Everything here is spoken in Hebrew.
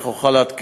אך אוכל לעדכן